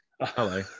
Hello